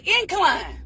incline